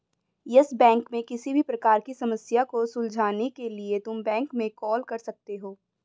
yes Bank में किसी भी प्रकार की समस्या को सुलझाने के लिए तुम बैंक में कॉल कर सकते हो